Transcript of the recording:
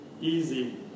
easy